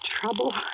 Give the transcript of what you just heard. trouble